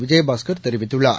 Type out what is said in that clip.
விஜயபாஸ்கர் தெரிவித்துள்ளார்